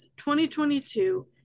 2022